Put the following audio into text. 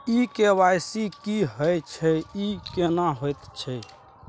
KYC की होय छै, ई केना होयत छै?